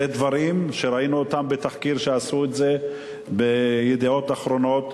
זה דברים שראינו אותם בתחקיר שראינו ב"ידיעות אחרונות",